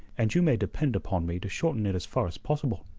and you may depend upon me to shorten it as far as possible.